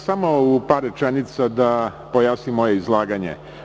Samo u par rečenica da pojasnim moje izlaganje.